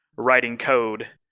writing code.